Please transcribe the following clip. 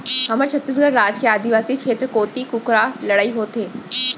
हमर छत्तीसगढ़ राज के आदिवासी छेत्र कोती कुकरा लड़ई होथे